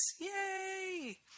Yay